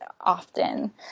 often